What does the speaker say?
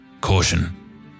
caution